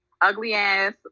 ugly-ass